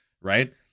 right